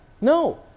No